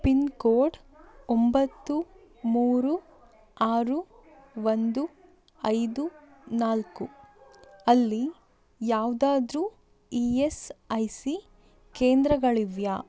pin code ಒಂಬತ್ತು ಮೂರು ಆರು ಒಂದು ಐದು ನಾಲ್ಕು ಅಲ್ಲಿ ಯಾವುದಾದ್ರೂ ಇ ಎಸ್ ಐ ಸಿ ಕೇಂದ್ರಗಳಿವೆಯಾ